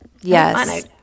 Yes